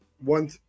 one